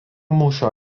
mūšio